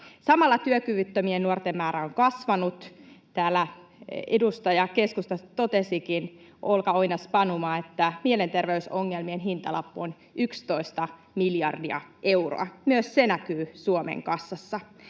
Samalla työkyvyttömien nuorten määrä on kasvanut. Täällä edustaja keskustasta, Olga Oinas-Panuma totesikin, että mielenterveysongelmien hintalappu on 11 miljardia euroa. Myös se näkyy Suomen kassassa.